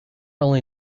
only